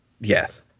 Yes